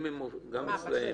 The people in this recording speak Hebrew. גם אצלם,